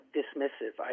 dismissive